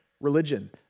religion